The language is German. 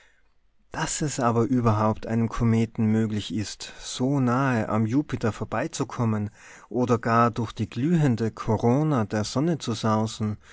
daß es aber überhaupt einem kometen möglich ist so nahe am jupiter vorbeizukommen oder gar durch die glühende korona der sonne zu sausen